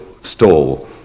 stall